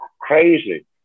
crazy